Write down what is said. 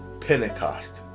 Pentecost